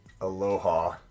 Aloha